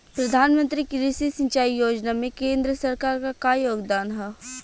प्रधानमंत्री कृषि सिंचाई योजना में केंद्र सरकार क का योगदान ह?